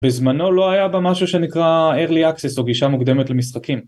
בזמנו לא היה בה משהו שנקרא Early Access או גישה מוקדמת למשחקים